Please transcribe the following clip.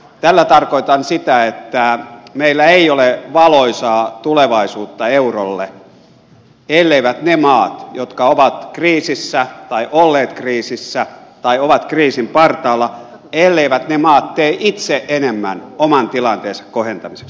tällä tarkoitan sitä että meillä ei ole valoisaa tulevaisuutta eurolle elleivät ne maat jotka ovat kriisissä tai olleet kriisissä tai ovat kriisin partaalla tee itse enemmän oman tilanteensa kohentamiseksi